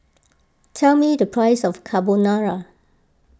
tell me the price of Carbonara